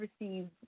received